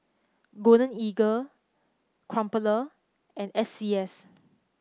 Golden Eagle Crumpler and S C S